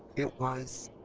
it was.